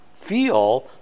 feel